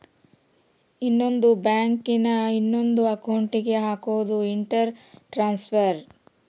ಇನ್ನೊಂದ್ ಬ್ಯಾಂಕ್ ನ ಇನೊಂದ್ ಅಕೌಂಟ್ ಗೆ ಹಕೋದು ಇಂಟರ್ ಟ್ರಾನ್ಸ್ಫರ್